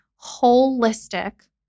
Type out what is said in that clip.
holistic